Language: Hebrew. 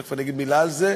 תכף אני אגיד מילה על זה,